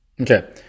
Okay